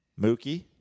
Mookie